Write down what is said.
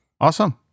Awesome